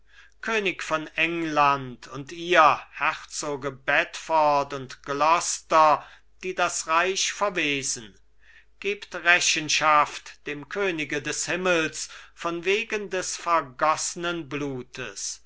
könig von england und ihr herzoge bedford und gloster die das reich verwesen gebt rechenschaft dem könige des himmels von wegen des vergoßnen blutes